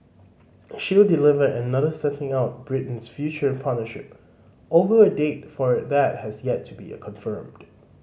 she will deliver another setting out Britain's future partnership although a date for that has yet to be confirmed